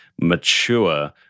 mature